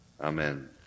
amen